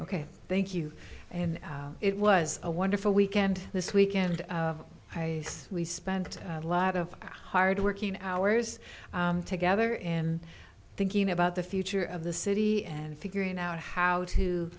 ok thank you and it was a wonderful weekend this weekend i guess we spent a lot of hard working hours together in thinking about the future of the city and figuring out how to